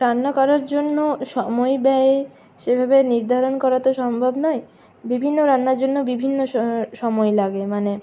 রান্না করার জন্য সময় ব্যয় সেভাবে নির্ধারণ করা তো সম্ভব নয় বিভিন্ন রান্নার জন্য বিভিন্ন সময় লাগে মানে